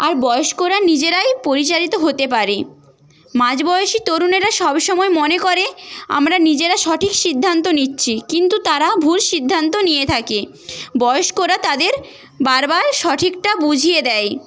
আর বয়স্করা নিজেরাই পরিচালিত হতে পারে মাঝবয়সি তরুণেরা সবসময় মনে করে আমরা নিজেরা সঠিক সিদ্ধান্ত নিচ্ছি কিন্তু তারা ভুল সিদ্ধান্ত নিয়ে থাকে বয়স্করা তাদের বারবার সঠিকটা বুঝিয়ে দেয়